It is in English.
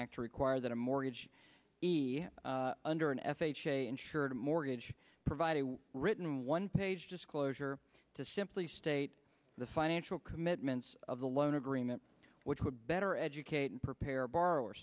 act to require that a mortgage be under an f h a insured mortgage provided a written one page disclosure to simply state the financial commitments of the loan agreement which would better educate and prepare